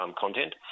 content